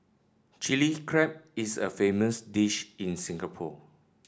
Chilli Crab is a famous dish in Singapore